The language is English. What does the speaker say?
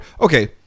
okay